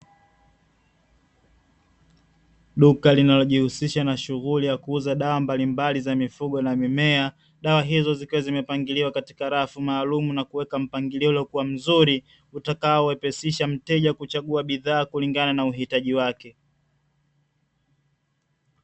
Duka linalo jihusisha nashughuli ya kuuza dawa mbalimbali za mifugo na mimea, Dawa hizo zikiwa zimepangiliwa katika rafu maalumu na kuwekwa mpangilio ulio mzuri utakao wepesisha mteja kuchagua kulingana na uhitaji wake.